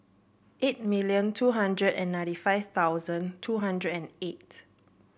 eight million two hundred and ninety five thousand two hundred and eight